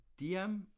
DM